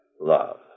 Love